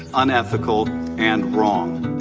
unethical and wrong